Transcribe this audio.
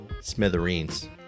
smithereens